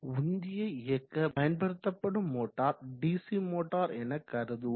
உந்தியை இயக்க பயன்படுத்தப்படும் motor DC motor என கருதுவோம்